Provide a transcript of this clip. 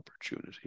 opportunity